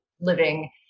living